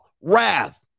wrath